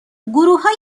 گروههای